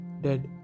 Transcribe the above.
dead